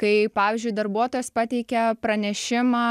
kai pavyzdžiui darbuotojas pateikia pranešimą